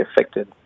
affected